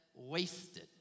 wasted